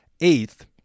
eighth